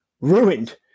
ruined